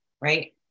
right